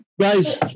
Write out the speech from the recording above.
guys